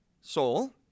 soul